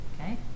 Okay